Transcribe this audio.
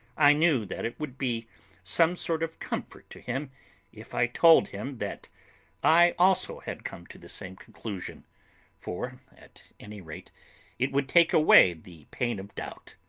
i knew that it would be some sort of comfort to him if i told him that i also had come to the same conclusion for at any rate it would take away the pain of doubt.